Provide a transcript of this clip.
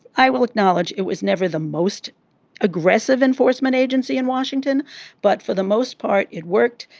i will acknowledge it was never the most aggressive enforcement agency in washington but for the most part it worked.